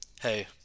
Hey